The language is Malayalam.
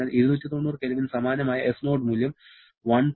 അതിനാൽ 290 K ന് സമാനമായ s0 മൂല്യം 1